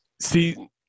See